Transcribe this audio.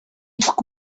took